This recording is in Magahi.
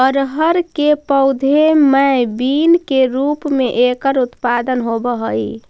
अरहर के पौधे मैं बीन के रूप में एकर उत्पादन होवअ हई